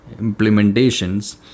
implementations